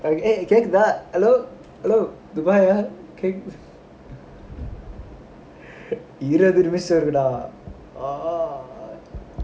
!hey! கேட்க்குதா:kekkuthaa hello hello இருபது நிமிஷம் இருக்கு:irupathu nimisham irukku dah